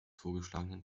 vorgeschlagenen